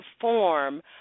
form